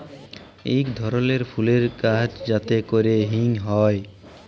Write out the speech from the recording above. ইক ধরলের ফুলের গাহাচ যাতে ক্যরে হিং হ্যয়